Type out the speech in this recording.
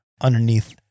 underneath